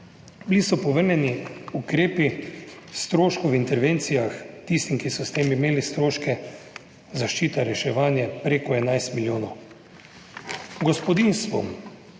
Bili so povrnjeni ukrepi stroškov v intervencijah tistim, ki so s tem imeli stroške, zaščita in reševanje preko 11 milijonov